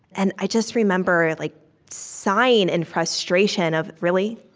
and i just remember like sighing in frustration, of really?